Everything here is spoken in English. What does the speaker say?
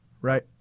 Right